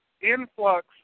Influx